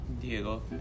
Diego